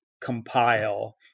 compile